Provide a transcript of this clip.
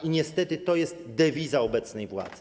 I niestety to jest dewiza obecnej władzy.